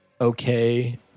okay